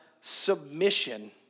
submission